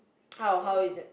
how how is it